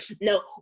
No